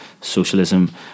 socialism